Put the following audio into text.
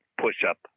push-up